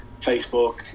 Facebook